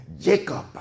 Jacob